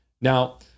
Now